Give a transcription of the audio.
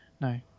No